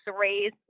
raise